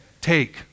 take